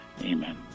Amen